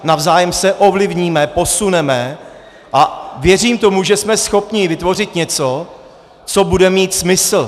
Navzájem se ovlivníme, posuneme a věřím tomu, že jsme schopni vytvořit něco, co bude mít smysl.